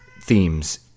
themes